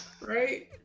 Right